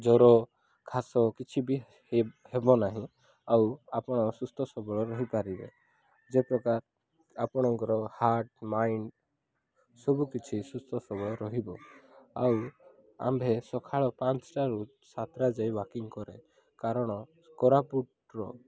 ଜ୍ୱର କାଶ କିଛି ବି ହେବ ନାହିଁ ଆଉ ଆପଣ ସୁସ୍ଥ ସବଳ ରହିପାରିବେ ଯେ ପ୍ରକାର ଆପଣଙ୍କର ହାର୍ଟ୍ ମାଇଣ୍ଡ୍ ସବୁ କିଛି ସୁସ୍ଥ ସବଳ ରହିବ ଆଉ ଆମ୍ଭେ ସଖାଳ ପାଞ୍ଚଟାରୁ ସାତଟା ଯାଏଁ ୱାକିଂ କରୁ କାରଣ କୋରାପୁଟର